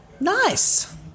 Nice